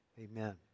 amen